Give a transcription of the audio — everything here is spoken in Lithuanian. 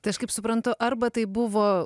tai aš kaip suprantu arba tai buvo